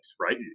right